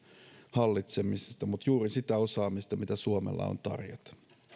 hallitsemista juuri sitä osaamista mitä suomella on tarjota